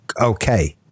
okay